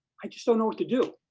i just don't know what to do.